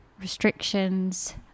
restrictions